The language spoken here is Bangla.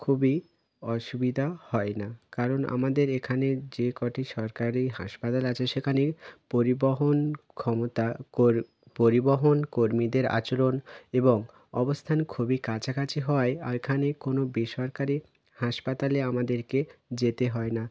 খুবই অসুবিধা হয় না কারণ আমাদের এখানে যে কটি সরকারি হাসপাতাল আছে সেখানে পরিবহন ক্ষমতা কোর পরিবহন কর্মীদের আচরণ এবং অবস্থান খুবই কাছাকাছি হওয়ায় আর এখানে কোনো বেসরকারি হাসপাতালে আমাদেরকে যেতে হয় না